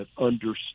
understand